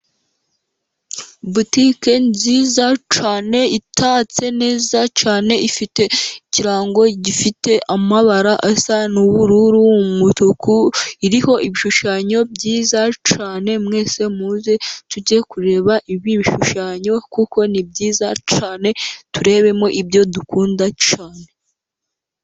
Butike nziza cyane, itatse neza cyane, ifite ikirango gifite amabara asa n'ubururu, umutuku, iriho ibishushanyo byiza cyane, mwese muze tujye kureba ibi bishushanyo, kuko ni byiza cyane, turebemo ibyo dukunda cyane.